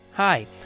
Hi